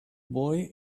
boy